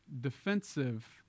defensive